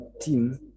team